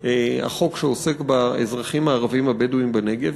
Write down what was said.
החוק שעוסק באזרחים הערבים הבדואים בנגב.